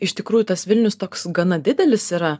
iš tikrųjų tas vilnius toks gana didelis yra